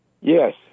Yes